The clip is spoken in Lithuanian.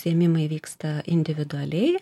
užsiėmimai vyksta individualiai